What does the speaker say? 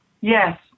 Yes